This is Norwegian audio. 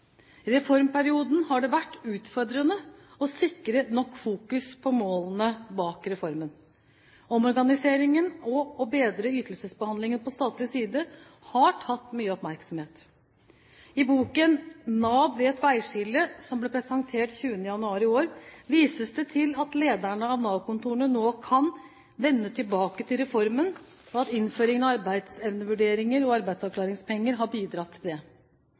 I reformperioden har det vært utfordrende å sikre nok fokus på målene bak reformen. Omorganiseringen og å bedre ytelsesbehandlingen på statlig side har tatt mye oppmerksomhet. I boken Nav ved et veiskille, som ble presentert den 20. januar i år, vises det til at lederne av Nav-kontorene nå kan vende tilbake til reformen, og at innføringen av arbeidsevnevurderinger og arbeidsavklaringspenger har bidratt til det.